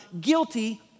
guilty